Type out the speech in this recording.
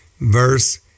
verse